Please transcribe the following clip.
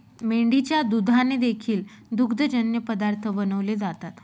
मेंढीच्या दुधाने देखील दुग्धजन्य पदार्थ बनवले जातात